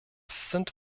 sind